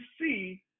see